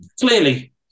clearly